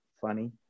funny